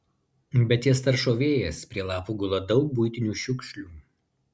bet jas taršo vėjas prie lapų gula daug buitinių šiukšlių